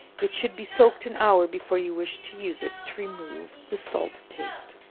it should be soaked an hour before you wish to use it, to remove the salt taste.